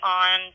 on